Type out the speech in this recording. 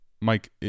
Mike